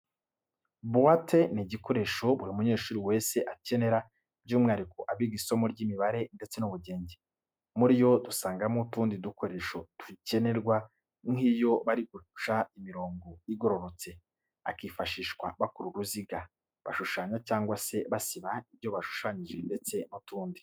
Buwate ni igikoresho buri munyeshuri wese akenera, by'umwihariko abiga isomo ry'imibare ndetse n'ubugenge. Muri yo dusangamo utundi dukoresho dukenerwa nk'iyo bari guca imirongo igororotse, akifashishwa bakora uruziga, bashushanya cyangwa se basiba ibyo bashushanyije ndetse n'utundi.